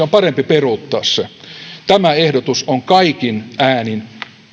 on parempi peruuttaa se tämä ehdotus on kaikin äänin